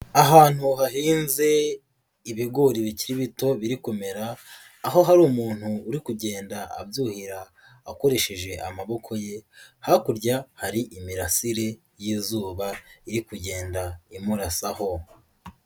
Ahantu hahinze ibigori bikiri bito biri kumera aho hari umuntu uri kugenda abyuhira akoresheje amaboko ye, hakurya hari imirasire y'izuba iri kugenda imurasaho.